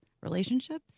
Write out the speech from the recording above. relationships